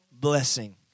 blessing